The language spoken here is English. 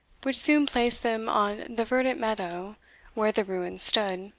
which soon placed them on the verdant meadow where the ruins stood.